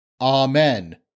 Amen